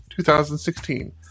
2016